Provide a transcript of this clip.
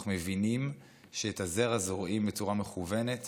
אנחנו מבינים שאת הזרע זורעים בצורה מכוונת